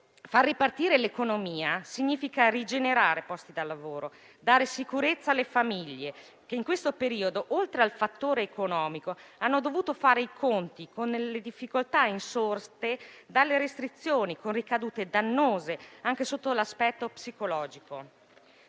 Far ripartire l'economia significa rigenerare posti di lavoro, dare sicurezza alle famiglie che in questo periodo, oltre al fattore economico, hanno dovuto fare i conti con le difficoltà insorte dalle restrizioni, con ricadute dannose anche sotto l'aspetto psicologico.